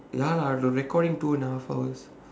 ya lah the recording two and a half hours